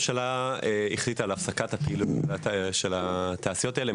הממשלה החליטה על הפסקת הפעילות של התעשיות האלה.